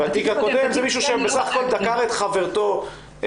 זאת אומרת שאותם פרקליטים שמלווים עכשיו את התיק של שירה לצורך הדוגמה